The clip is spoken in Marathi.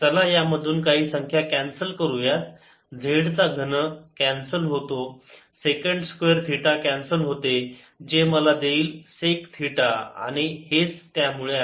चला यामधून काही संख्या कॅन्सल करूयात z चा घन कॅन्सल होते सेकंट स्क्वेअर थिटा कॅन्सल होते जे मला देईल सेक थिटा आणि हेच त्यामुळे आहे